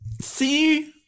see